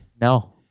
No